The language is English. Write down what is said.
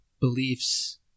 beliefs